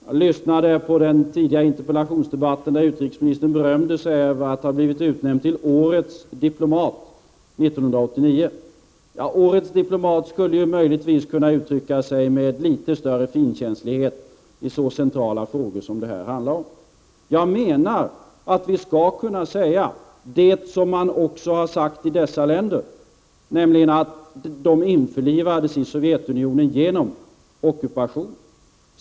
Jag lyssnade till den tidigare interpellationsdebatten där utrikesministern berömde sig över att han hade blivit utnämnd till årets diplomat 1989. Årets diplomat skulle möjligen kunna uttrycka sig med litet större finkänslighet i så centrala frågor som det här handlar om. Jag menar att vi skulle kunna säga det som man har sagt i dessa länder, nämligen att de införlivades i Sovjetunionen genom ockupation.